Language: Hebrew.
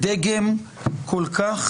תגידו, מה נהיה